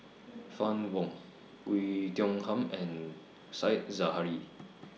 Fann Wong Oei Tiong Ham and Said Zahari